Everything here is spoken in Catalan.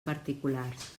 particulars